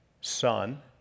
Son